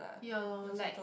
ya lor like